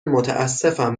متاسفم